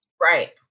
Right